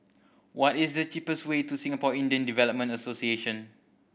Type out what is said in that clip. what is the cheapest way to Singapore Indian Development Association